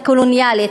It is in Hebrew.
הקולוניאלית.